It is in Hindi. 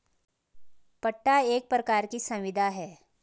पट्टा एक प्रकार की संविदा है